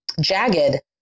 jagged